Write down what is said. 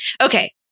Okay